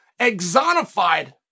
Exonified